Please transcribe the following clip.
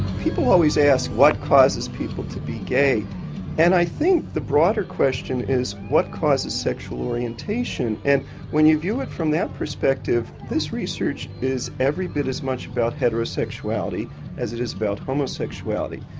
people always ask what causes people to be gay and i think the broader question is what causes sexual orientation. and when you view it from that perspective this research is every bit as much about heterosexuality as it is about homosexuality.